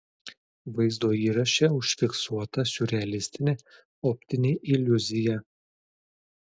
vaizdo įraše užfiksuota siurrealistinė optinė iliuzija